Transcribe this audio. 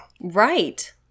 Right